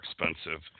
expensive